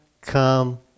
come